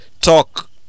talk